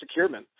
securement